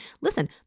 listen